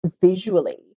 visually